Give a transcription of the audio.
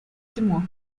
témoins